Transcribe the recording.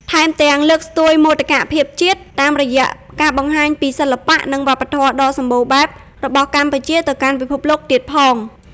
ថែមទាំង លើកស្ទួយមោទកភាពជាតិ តាមរយៈការបង្ហាញពីសិល្បៈ និងវប្បធម៌ដ៏សម្បូរបែបរបស់កម្ពុជាទៅកាន់ពិភពលោកទៀតផង។